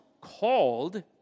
called